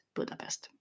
Budapest